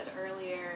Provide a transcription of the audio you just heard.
earlier